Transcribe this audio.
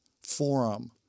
forum